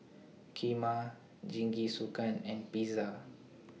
Kheema Jingisukan and Pizza